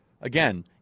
Again